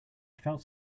felt